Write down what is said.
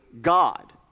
God